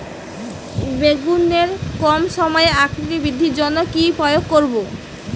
বেগুনের কম সময়ে আকৃতি বৃদ্ধির জন্য কি প্রয়োগ করব?